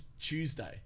Tuesday